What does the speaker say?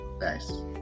Nice